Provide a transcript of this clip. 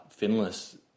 finless